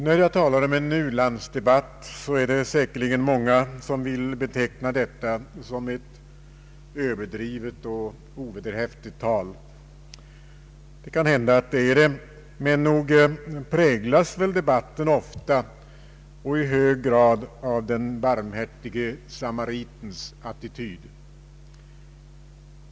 När jag talar om en u-landsdebatt är det säkerligen många som vill beteckna det som ett överdrivet och ovederhäftigt tal. Det kan hända att det är det, men nog präglas väl debatten ofta och i hög grad av den barmhärtige samaritens attityd.